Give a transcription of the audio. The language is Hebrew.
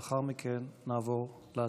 לאחר מכן נעבור להצבעה.